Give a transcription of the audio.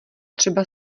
třeba